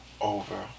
over